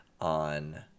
on